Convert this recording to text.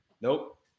nope